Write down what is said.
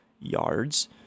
yards